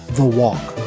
the walk